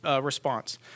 response